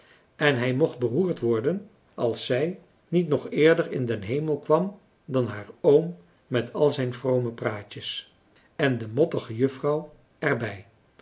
en hij mocht beroerd worden als zij niet nog eerder in den hemel kwam dan haar oom met al zijn vrome praatjes en de mottige juffrouw er